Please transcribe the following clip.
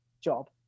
job